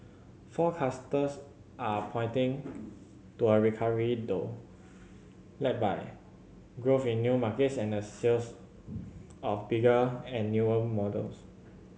forecasters are pointing to a recovery though led by growth in new markets and sales of bigger and newer models